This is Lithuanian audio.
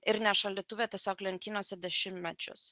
ir ne šaldytuve tiesiog lentynose dešimtmečius